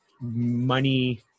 money